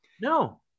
No